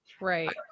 Right